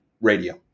radio